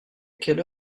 quelle